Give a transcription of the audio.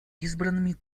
избранными